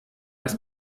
das